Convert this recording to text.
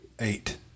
eight